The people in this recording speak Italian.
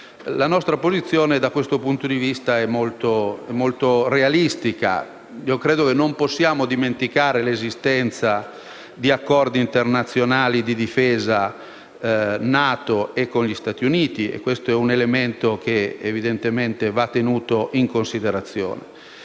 La nostra posizione da questo punto di vista è molto realistica: credo che non possiamo dimenticare l'esistenza di accordi internazionali di difesa NATO e con gli Stati Uniti, che è un elemento che deve essere tenuto in considerazione